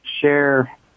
share